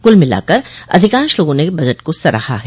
कुल मिलाकर अधिकांश लोगों ने बजट को सराहा है